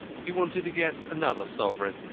he wanted to get another sovereign.